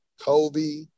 Kobe